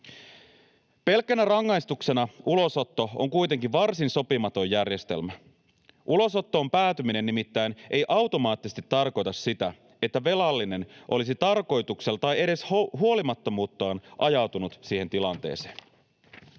Pelkkänä rangaistuksena ulosotto on kuitenkin varsin sopimaton järjestelmä. Ulosottoon päätyminen nimittäin ei automaattisesti tarkoita sitä, että velallinen olisi tarkoituksella tai edes huolimattomuuttaan ajautunut siihen tilanteeseen.